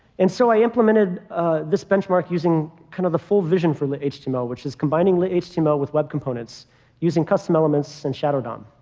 and so i implemented this benchmark using kind of the full vision for lit-html, which is combining lit-html with web components using custom elements and shadow dom.